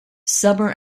summer